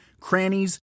crannies